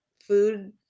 food